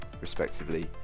respectively